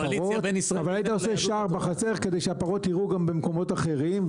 אבל היית עושה שער בחצר כדי שהפרות ירעו גם במקומות אחרים.